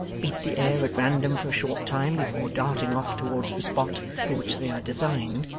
beat the air at random for a short time before darting off towards the spot for which they are designed,